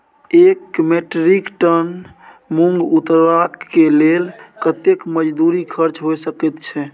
एक metric ton मूंग उतरबा के लेल कतेक मजदूरी खर्च होय सकेत छै?